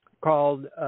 called